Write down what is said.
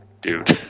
dude